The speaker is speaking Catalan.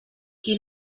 qui